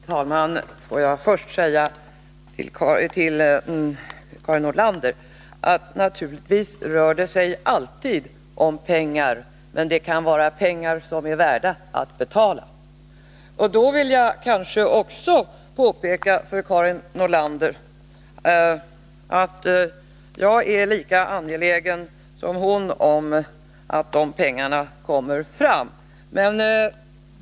Herr talman! Får jag först säga till Karin Nordlander att det naturligtvis alltid rör sig om pengar, men det kan vara pengar som är värda att betala. I det sammanhanget vill jag också påpeka för Karin Nordlander att jag är lika angelägen som hon om att dessa pengar kommer fram.